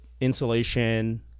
insulation